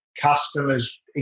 customers